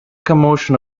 commotion